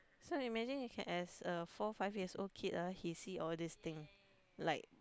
so imagine you can as a four five years old kid ah he see all this thing like